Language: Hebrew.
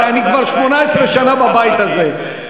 הרי אני כבר 18 בבית הזה,